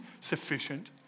sufficient